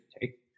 take